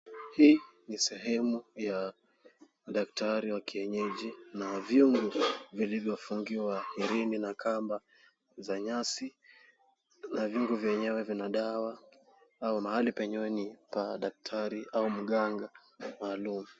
Hii ni sehemu ya daktari wa kienyeji na vyungu vilivyofungiwa chini na kamba za nyasi na vyungu vyenyewe vina dawa au mahali penyewe ni pa daktari au mganga maalum.